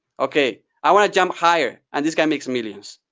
okay, i want to jump higher, and this guy makes millions.